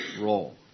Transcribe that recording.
role